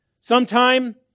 Sometime